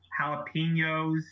jalapenos